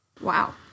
wow